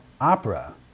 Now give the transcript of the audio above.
opera